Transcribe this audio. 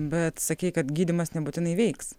bet sakei kad gydymas nebūtinai veiks